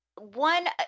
one